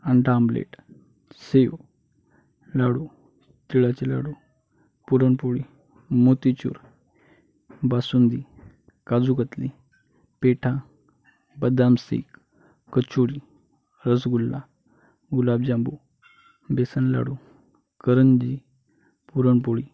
आंटा आमलेट सेव लाडू तिळाचे लाडू पुरणपोळी मोतीचूर बासुंदी काजूकतली पेठा बदाम सीक कचोरी रसगुल्ला गुलाबजामुन बेसन लाडू करंजी पुरणपोळी